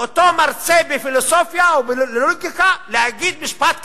לאותו מרצה בפילוסופיה או בלוגיקה להגיד משפט כזה.